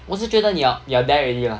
我是觉得 you're you are there already lah